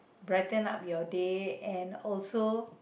brighten up your day and also